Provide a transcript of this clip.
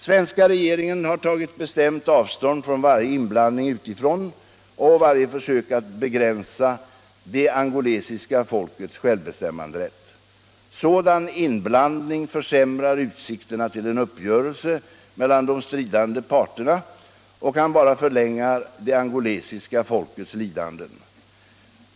Svenska regeringen har tagit bestämt avstånd från varje inblandning utifrån och varje försök att begränsa det angolesiska folkets självbestämmanderätt. Sådan inblandning försämrar utsikterna till en uppgörelse mellan de stridande parterna och kan bara förlänga det angolesiska folkets lidanden.